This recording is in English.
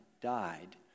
died